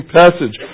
passage